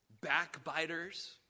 Backbiters